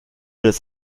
das